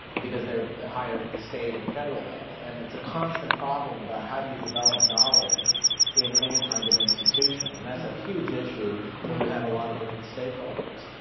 because they're hired at the state and federal level. and it's a constant problem about, how do you develop knowledge in any kind of institution? and that's a huge issue when you have a lot of different stakeholders.